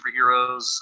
Superheroes